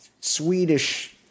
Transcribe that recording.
Swedish